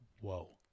Whoa